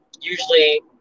usually